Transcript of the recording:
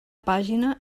pàgina